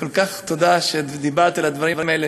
כל כך תודה על שדיברת על הדברים האלה